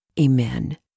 Amen